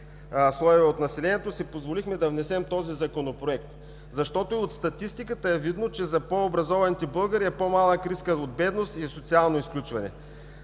слоеве от населението, си позволихме да внесем този Законопроект, защото от статистиката е видно, че за по-образованите българи е по-малък рискът от бедност и социално изключване.